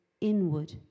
inward